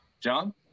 john